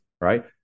right